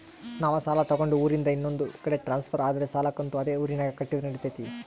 ನಾವು ಸಾಲ ತಗೊಂಡು ಊರಿಂದ ಇನ್ನೊಂದು ಕಡೆ ಟ್ರಾನ್ಸ್ಫರ್ ಆದರೆ ಸಾಲ ಕಂತು ಅದೇ ಊರಿನಾಗ ಕಟ್ಟಿದ್ರ ನಡಿತೈತಿ?